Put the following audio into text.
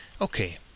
Okay